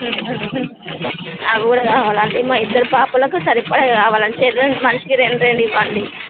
అవి కూడా కావాలి అదే మా మా ఇద్దరు పాపలకు సరిపడ కావాలంటే చెరు రెండు మనిషికి రెండు రెండు ఇవ్వండి